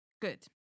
Good